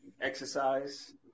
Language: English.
exercise